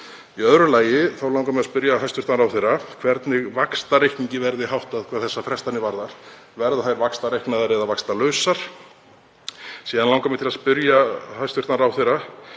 Í öðru lagi langar mig að spyrja hæstv. ráðherra hvernig vaxtareikningi verði háttað hvað þessar frestanir varðar. Verða þær vaxtareiknaðar eða vaxtalausar? Síðan langar mig til að spyrja hæstv. ráðherra: